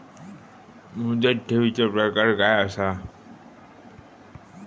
मुदत ठेवीचो प्रकार काय असा?